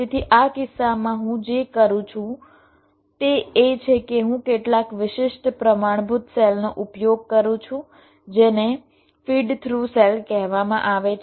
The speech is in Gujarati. તેથી આ કિસ્સામાં હું જે કરું છું તે એ છે કે હું કેટલાક વિશિષ્ટ પ્રમાણભૂત સેલનો ઉપયોગ કરું છું જેને ફીડ થ્રુ સેલ કહેવામાં આવે છે